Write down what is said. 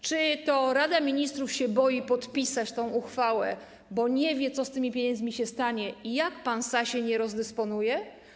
Czy Rada Ministrów boi się podpisać tę uchwałę, bo nie wie, co z tymi pieniędzmi się stanie i jak pan Sasin je rozdysponuje?